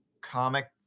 comic